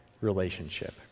relationship